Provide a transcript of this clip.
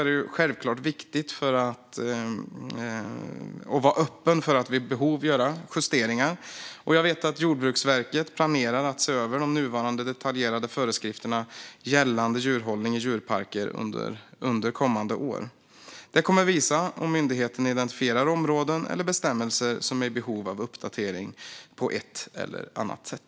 Det är självklart viktigt att vara öppen för att vid behov göra justeringar. Jag vet att Jordbruksverket planerar att se över de nuvarande detaljerade föreskrifterna gällande djurhållning i djurparker under kommande år. Det kommer att visa om myndigheten identifierar områden eller bestämmelser som är i behov av uppdatering på ett eller annat sätt.